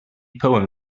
poem